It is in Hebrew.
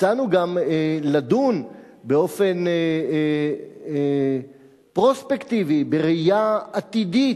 הצענו גם לדון באופן פרוספקטיבי, בראייה עתידית,